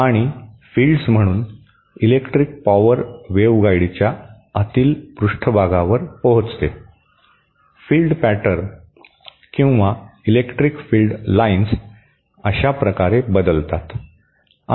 आणि फील्ड्स म्हणून electric power वेव्हगाइडच्या आतील पृष्ठभागावर पोहोचते फील्ड पॅटर्न किंवा इलेक्ट्रिक फील्ड लाइन्स अशा प्रकारे बदलतात